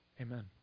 amen